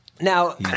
now